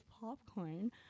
popcorn